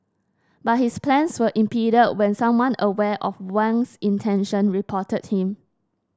but his plans were impeded when someone aware of Wang's intention reported him